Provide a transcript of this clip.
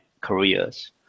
careers